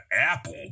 apple